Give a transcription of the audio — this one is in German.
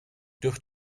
durch